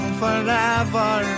forever